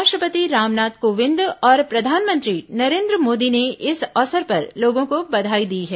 राष्ट्रपति रामनाथ कोविंद और प्रधानमंत्री नरेन्द्र मोदी ने इस अवसर पर लोगों को बधाई दी है